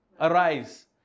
arise